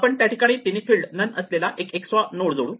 आपण त्याठिकाणी तिन्ही फिल्ड नन असलेला एक एक्सट्रा नोड जोडू